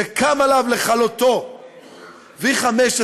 שקם עליו לכלותו V15,